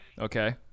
okay